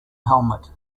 helmet